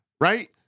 Right